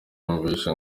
yumvise